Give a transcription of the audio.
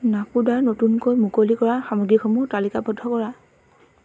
নাকোডাৰ নতুনকৈ মুকলি কৰা সামগ্ৰীসমূহ তালিকাবদ্ধ কৰা